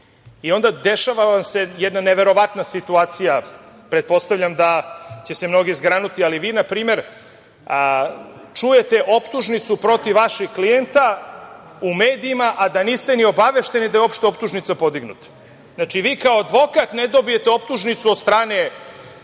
i onda dešava vam se jedna neverovatna situacija, pretpostavljam da će se mnogi zgranuti, ali vi, na primer, čujete optužnicu protiv vašeg klijenta u medijima, a da niste ni obavešteni da je uopšte optužnica podignuta. Znači, vi kao advokat ne dobijete optužnicu od strane